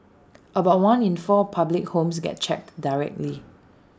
about one in four public homes gets checked directly